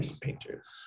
painters